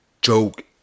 joke